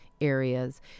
areas